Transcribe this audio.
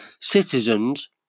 citizens